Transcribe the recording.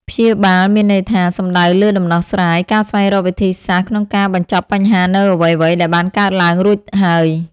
ព្យាបាលមានន័យថា សំដៅលើដំណោះស្រាយ ការស្វែងរកវិធីសាស្ត្រក្នុងការបញ្ចប់បញ្ហានូវអ្វីៗដែលបានកើតឡើងរួចហើយ។